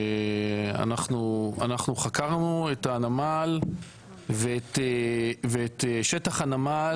אנחנו חקרנו את הנמל ואת שטח הנמל.